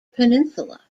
peninsula